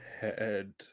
head